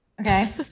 Okay